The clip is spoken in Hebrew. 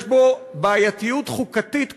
שיש בו בעייתיות חוקתית קשה,